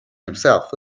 himself